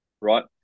Right